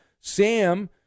Sam